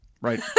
right